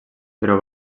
però